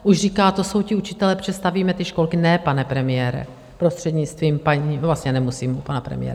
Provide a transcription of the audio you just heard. Už říká: To jsou ti učitelé, protože stavíme ty školky ne, pane premiére, prostřednictvím paní... vlastně nemusím u pana premiéra.